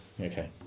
okay